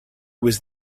was